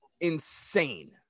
insane